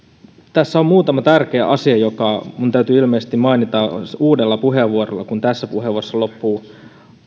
tässä on muutama tärkeä asia jotka minun täytyy ilmeisesti mainita uudessa puheenvuorossa kun tässä puheenvuorossa loppuu